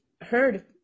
heard